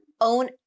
own